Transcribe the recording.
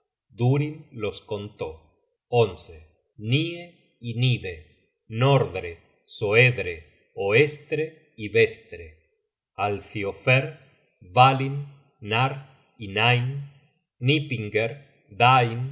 los contó n y nide nordre soedre oestre y vestre alfio thor ban nar y nain nip